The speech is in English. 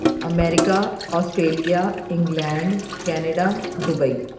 America Australia England Canada Dubai